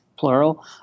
plural